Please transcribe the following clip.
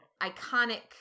iconic